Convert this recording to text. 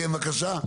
כן בבקשה?